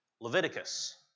Leviticus